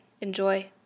Enjoy